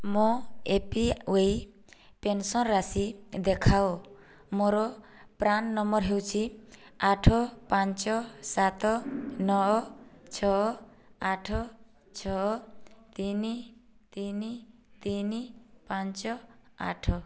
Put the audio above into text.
ମୋ A P Y pension ରାଶି ଦେଖାଅ ମୋର ପ୍ରାନ୍ ନମ୍ବର ହେଉଛି ଆଠ ପାଞ୍ଚ ସାତ ନଅ ଛଅ ଆଠ ଛଅ ତିନି ତିନି ତିନି ପାଞ୍ଚ ଆଠ